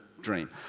dream